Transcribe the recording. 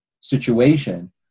situation